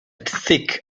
thick